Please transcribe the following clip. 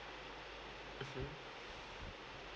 mmhmm